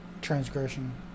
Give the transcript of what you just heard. transgression